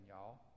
y'all